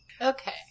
Okay